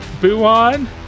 Buon